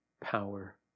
power